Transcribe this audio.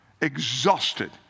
exhausted